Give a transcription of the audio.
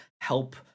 help